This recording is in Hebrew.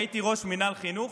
הייתי ראש מינהל חינוך.